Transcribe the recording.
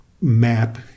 map